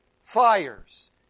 fires